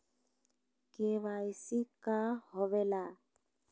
KYC का होवेला?